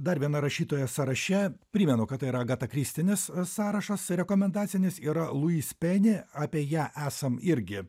dar viena rašytoja sąraše primenu kad tai yra agatakristinis sąrašas rekomendacinis yra luis peni apie ją esam irgi